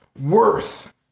worth